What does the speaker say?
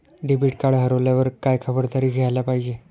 Debit card हरवल्यावर काय खबरदारी घ्यायला पाहिजे?